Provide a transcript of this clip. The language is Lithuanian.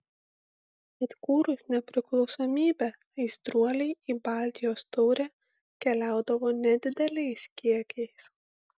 atkūrus nepriklausomybę aistruoliai į baltijos taurę keliaudavo nedideliais kiekiais